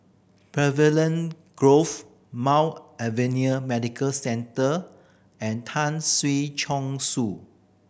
Pavilion Grove Mount Alvernia Medical Centre and Tan Si Chong Su